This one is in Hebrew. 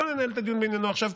לא מנהלים את הדיון בעניינו עכשיו,